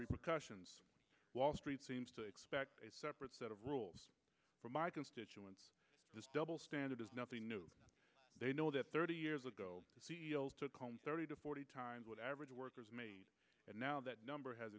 repercussions wall street seems to expect a separate set of rules for my constituents this double standard is nothing new they know that thirty years ago took home thirty to forty times what average workers made and now that number has